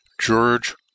George